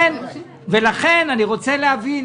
לכן אנחנו רוצים להבין.